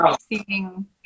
seeing